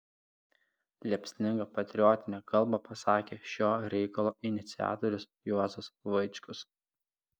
liepsningą patriotinę kalbą pasakė šio reikalo iniciatorius juozas vaičkus